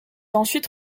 ensuite